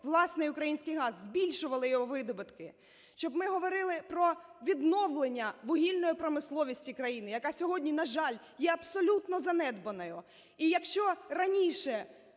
власний український газ, збільшували його видобутки. Щоб ми говорили про відновлення вугільної промисловості країни, яка сьогодні, на жаль, є абсолютно занедбаною. І якщо раніше